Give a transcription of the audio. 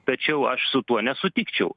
tačiau aš su tuo nesutikčiau